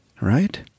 Right